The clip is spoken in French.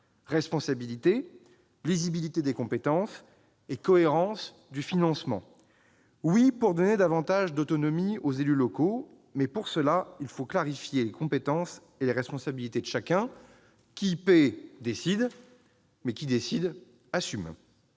responsabilité, lisibilité des compétences et cohérence du financement. Certes, il faut donner davantage d'autonomie aux élus locaux, mais il faut pour cela clarifier les compétences et les responsabilités de chacun : qui paie décide, mais qui décide assume.